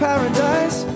Paradise